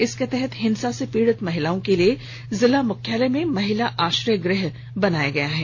इसके तहत हिंसा से पीड़ित महिलाओं के लिये जिला मुख्यालय में महिला आश्रय गृह का बनाया गया है